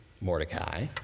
Mordecai